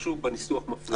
משהו בניסוח מפריע לי.